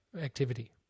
activity